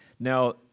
Now